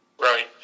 Right